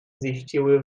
ziściły